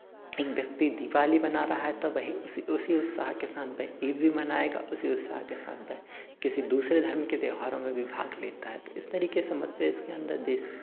एक व्यक्ति दीवाली मना रहा है तो वही उसी उत्साह के साथ वह ईद भी मनाएगा उसी उत्साह के साथ वह किसी दूसरे धर्म के त्यौहारों में भी भाग लेता है तो इस तरीके से मध्यप्रदेश के अन्दर देश